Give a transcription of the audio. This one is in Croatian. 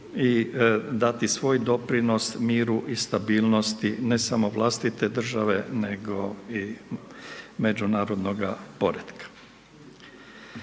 i dati svoj doprinos miru i stabilnosti ne samo vlastite države, nego i međunarodnoga poretka.